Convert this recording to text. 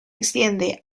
extiende